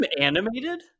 animated